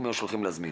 אני